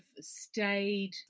stayed